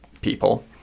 people